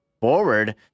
forward